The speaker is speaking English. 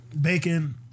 bacon